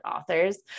authors